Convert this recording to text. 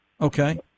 Okay